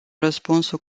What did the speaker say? răspunsul